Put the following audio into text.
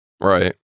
Right